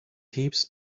heaps